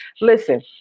Listen